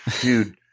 Dude